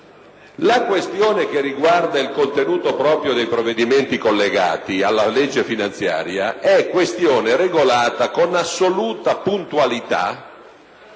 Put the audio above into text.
La questione che riguarda il contenuto proprio dei provvedimenti collegati alla legge finanziaria è regolata, con assoluta puntualità,